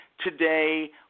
today